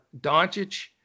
Doncic